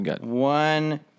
one